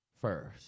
first